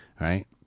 right